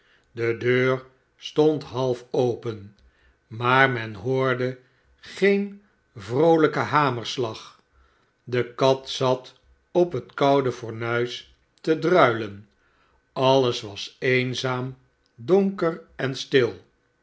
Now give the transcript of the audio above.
de deur stond half open maar men hoorde geen vroolijken hamerslag de kat zat op het koude fornuis te druilen alles was eenzaam donker en stil